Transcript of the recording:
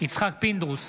יצחק פינדרוס,